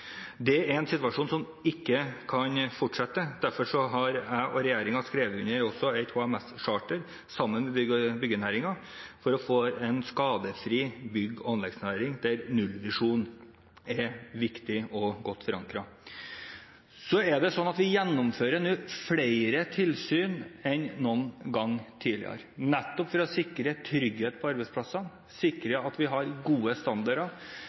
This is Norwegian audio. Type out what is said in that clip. Det er en situasjon som ikke kan fortsette. Derfor har jeg og regjeringen skrevet under et HMS-charter sammen med byggenæringen for å få en skadefri bygg- og anleggsnæring der en nullvisjon er viktig – og godt forankret. Så gjennomfører vi flere tilsyn enn noen gang tidligere, nettopp for å sikre trygghet på arbeidsplasser, sikre at vi har gode standarder